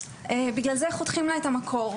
בגלל זה חותכים לה את המקור.